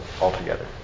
altogether